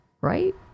right